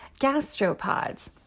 gastropods